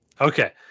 Okay